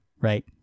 right